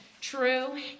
true